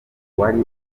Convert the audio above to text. uwari